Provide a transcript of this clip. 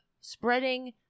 spreading